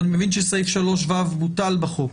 אני מבין שסעיף 3(ו) בוטל בחוק.